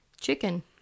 chicken